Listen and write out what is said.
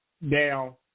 Now